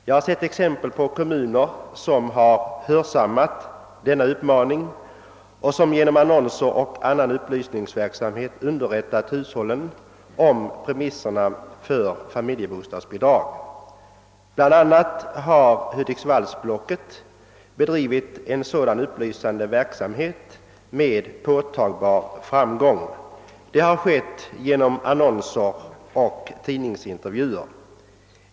Jag har sett exempel på kommuner som har hörsammat denna uppmaning och genom annonser och annan upplysningsverksamhet underrättat hushållen om premisserna för familjebostadsbidrag. Bl. a. har Hudiksvallsblocket med påtaglig framgång bedrivit en sådan upplysande verksamhet med annonser och tidningsintervjuer.